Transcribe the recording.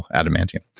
adamantium.